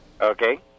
Okay